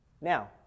Now